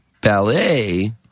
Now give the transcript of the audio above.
ballet